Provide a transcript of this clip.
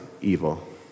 evil